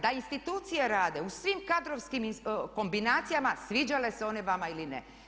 Da institucije rade u svim kadrovskim kombinacijama sviđale se one vama ili ne.